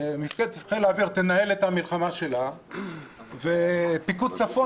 מפקדת חיל האוויר תנהל את המלחמה שלה ופיקוד צפון